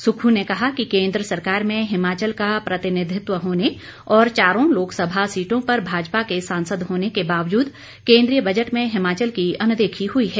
सुक्खू ने कहा कि केन्द्र सरकार में हिमाचल का प्रतिनिधित्व होने और चारों लोकसभा सीटों पर भाजपा के सांसद होने के बावजूद केन्द्रीय बजट में हिमाचल की अनदेखी हुई है